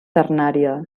ternària